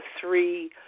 three